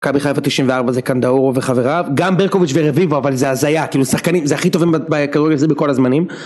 מכבי חיפה 94 זה קנדאורוב וחבריו. גם ברקוביץ' ורביבו אבל זה הזיה, כאילו שחקנים זה הכי טובים... בכל הזמנים